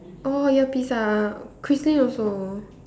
oh earpiece ah Christly also